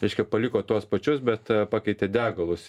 reiškia paliko tuos pačius bet pakeitė degalus